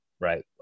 right